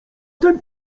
ten